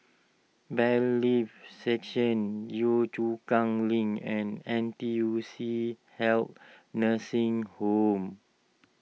Bailiffs' Section Yio Chu Kang Link and N T U C Health Nursing Home